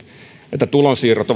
että tulonsiirrot